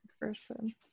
Person